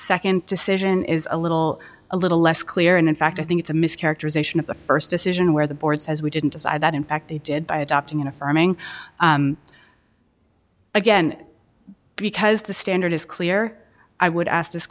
second decision is a little a little less clear and in fact i think it's a mischaracterization of the first decision where the board says we didn't decide that in fact they did by adopting an affirming again because the standard is clear i would ask this